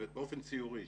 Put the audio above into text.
ובאופן ציורי,